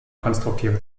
konstruktive